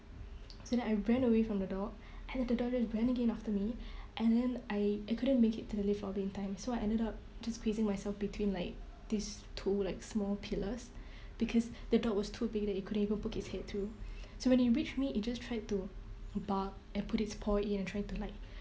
so then I ran away from the dog and then the dog just ran again after me and then I I couldn't make it to the lift lobby in time so I ended up just squeezing myself between like this two like small pillars because the dog was too big that it couldn't even put its head through so when it reached me it just tried to bark and put its paw in and try to like